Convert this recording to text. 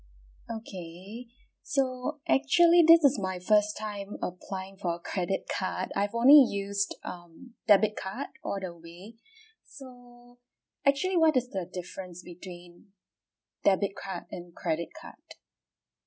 okay so actually this is my first time applying for a credit card I've only use um debit card all the way so actually what is the difference between debit card and credit card